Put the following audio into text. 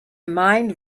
mind